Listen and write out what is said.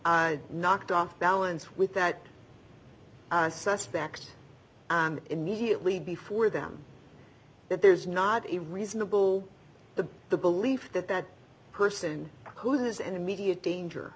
being knocked off balance with that suspect immediately before them that there's not a reasonable the the belief that that person who is an immediate danger